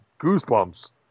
goosebumps